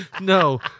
No